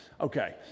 Okay